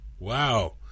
Wow